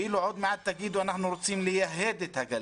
עוד מעט תגידו שרוצים לייהד את הגליל.